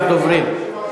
14 דוברים.